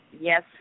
Yes